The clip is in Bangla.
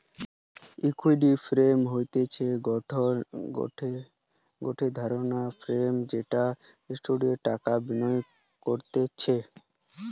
ইকুইটি ফান্ড হতিছে গটে ধরণের ফান্ড যেটা স্টকসে টাকা বিনিয়োগ করতিছে